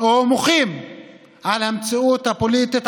או מוחים על המציאות הפוליטית,